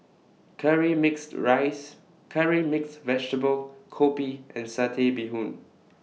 Curry Mixed Rice Curry Mixed Vegetable Kopi and Satay Bee Hoon